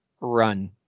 run